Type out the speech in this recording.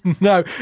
no